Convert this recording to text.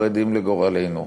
חרדים לגורלנו".